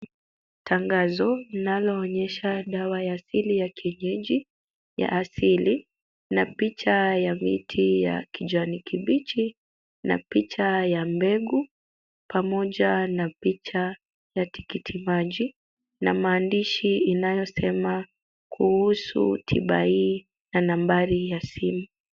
Tangazo linaloonyesha dawa ya asili ya kienyeji ya asili na picha ya viti ya kijani kibichi, na picha ya mbegu pamoja na picha ya tikiti maji na maandishi inayosema kuhusu tiba hii na nambari ya simu.